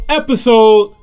episode